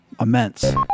immense